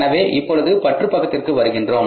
எனவே இப்பொழுது பற்று பக்கத்திற்கு வருகின்றோம்